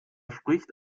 spricht